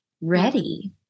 ready